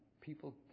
people